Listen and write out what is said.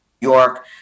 York